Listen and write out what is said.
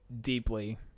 deeply –